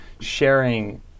sharing